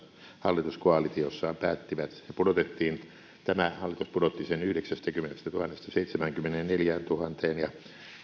hallituskoalitiossaan päättivät tämä hallitus pudotti sen yhdeksästäkymmenestätuhannesta seitsemäänkymmeneenneljääntuhanteen ja siellä